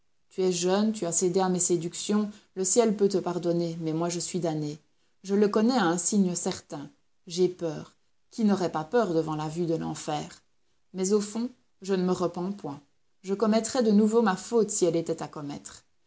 tu es jeune tu as cédé à mes séductions le ciel peut te pardonner mais moi je suis damnée je le connais à un signe certain j'ai peur qui n'aurait pas peur devant la vue de l'enfer mais au fond je ne me repens point je commettrais de nouveau ma faute si elle était à commettre